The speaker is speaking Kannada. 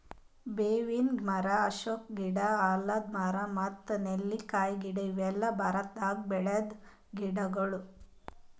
ಬೇವಿನ್ ಮರ, ಅಶೋಕ ಗಿಡ, ಆಲದ್ ಮರ ಮತ್ತ್ ನೆಲ್ಲಿಕಾಯಿ ಗಿಡ ಇವೆಲ್ಲ ಭಾರತದಾಗ್ ಬೆಳ್ಯಾದ್ ಗಿಡಗೊಳ್